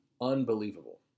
Unbelievable